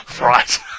Right